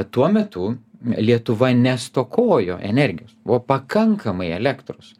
tuo metu lietuva nestokojo energijos buvo pakankamai elektros